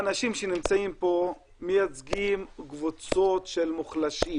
האנשים שנמצאים פה מייצגים קבוצות של מוחלשים